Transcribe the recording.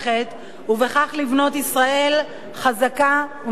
ובכך לבנות ישראל חזקה ומשגשגת.